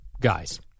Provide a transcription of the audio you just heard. guys